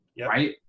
right